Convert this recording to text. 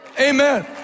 Amen